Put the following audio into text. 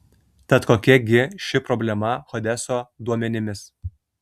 tad kokia gi ši problema hodeso duomenimis